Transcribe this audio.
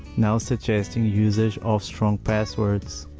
now suggesting usage of strong passwords.